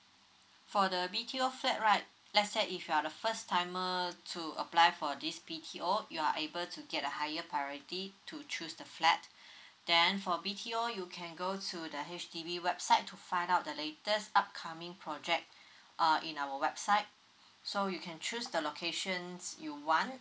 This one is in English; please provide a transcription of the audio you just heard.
for the BTO flat right let's say if you are the first timer to apply for this BTO you are able to get a higher priority to choose the flat then for BTO you can go to the H_D_B website to find out the latest upcoming project uh in our website so you can choose the locations you want